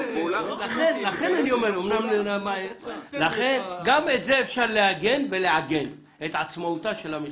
לכן גם את זה אפשר לעגן ולהגן את עצמאותה של המכללה,